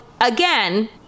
again